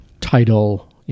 title